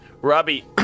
Robbie